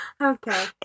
Okay